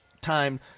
time